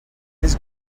his